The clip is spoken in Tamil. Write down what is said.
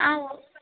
ஆ